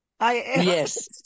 Yes